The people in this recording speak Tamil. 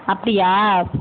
அப்படியா